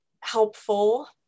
helpful